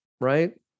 right